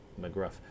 McGruff